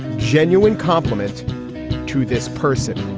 genuine compliment to this person.